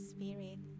Spirit